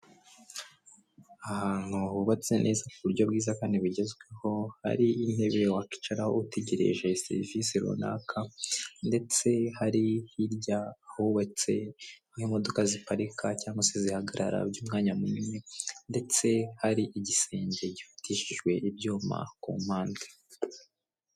Ahantu hubatse neza ku buryo bwiza kandi bugezweho hari intebe wakicaraho utegereje serivisi runaka ndetse hari hirya ahubatse aho imodoka ziparika cyangwa se zihagarara by'umwanya munini ndetse hari igisenge gifatishijwe ibyuma ku mpande.